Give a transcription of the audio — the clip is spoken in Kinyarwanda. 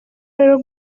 rero